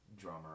drummer